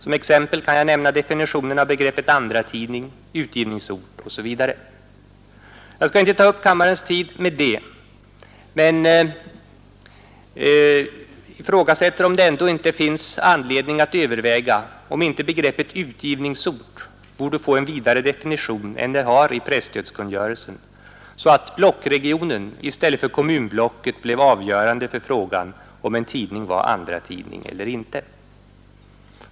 Som exempel kan jag nämna definitionen av begrepp som andratidning och utgivningsort. Jag skall inte ta upp kammarens tid med detta. Jag ifrågasätter dock om det inte finns anledning att överväga om begreppet utgivningsort borde få en vidare definition än det har i presstödskungörelsen. Blockregionen i stället för kommunblocket borde vara avgörande för frågan om en tidning är andratidning eller inte.